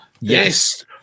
yes